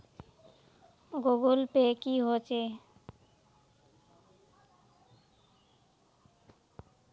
Google Pay की होचे?